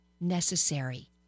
necessary